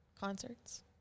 concerts